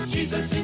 Jesus